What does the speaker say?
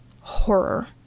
Horror